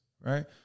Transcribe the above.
right